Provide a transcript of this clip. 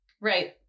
Right